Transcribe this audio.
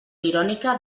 irònica